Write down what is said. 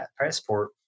passport